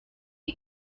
iyi